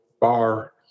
bar